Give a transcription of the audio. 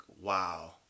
wow